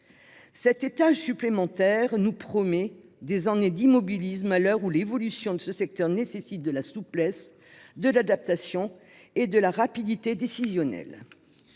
Cet étage supplémentaire nous promet des années d'immobilisme, à l'heure où l'évolution du secteur nécessite de la souplesse, de l'adaptation et de la rapidité décisionnelle.